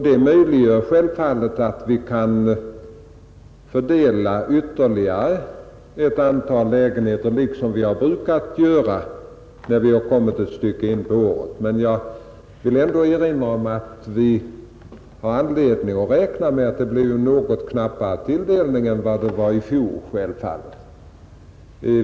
Det gör det självfallet möjligt att fördela ytterligare ett antal lägenheter liksom vi har brukat göra när vi kommit ett stycke in på året. Men jag vill ändå erinra om att vi har anledning att räkna med att det blir en något knappare tilldelning än i fjol.